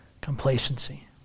complacency